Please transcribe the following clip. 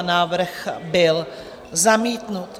Návrh byl zamítnut.